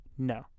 No